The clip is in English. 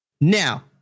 now